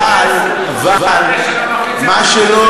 אבל מה שלא